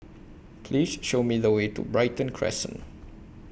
Please Show Me The Way to Brighton Crescent